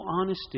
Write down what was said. honesty